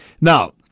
now